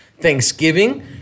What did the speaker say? Thanksgiving